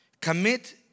Commit